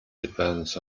depends